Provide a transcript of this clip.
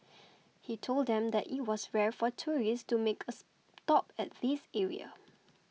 he told them that it was rare for tourists to make a stop at this area